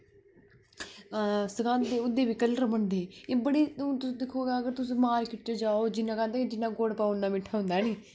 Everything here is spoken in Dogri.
सखांदे उंदे बी कलर बनदे एह् बड़ी हून दिक्खो तुस मार्किट जाओ आक्खदे ना कि जिन्ना गुड़ पाओ इन्ना मिट्ठा होंदा है नी